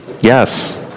Yes